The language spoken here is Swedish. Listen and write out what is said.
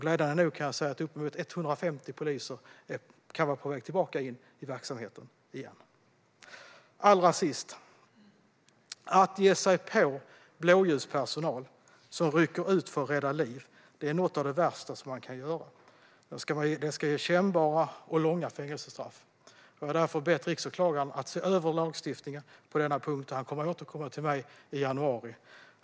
Glädjande nog kan jag säga att uppemot 150 poliser kan vara på väg tillbaka in i verksamheten igen. Låt mig allra sist säga följande. Att ge sig på blåljuspersonal som rycker ut för att rädda liv är något av det värsta man kan göra. Det ska ge kännbara och långa fängelsestraff. Jag har därför bett riksåklagaren att se över lagstiftningen på denna punkt, och han kommer att återkomma till mig i januari.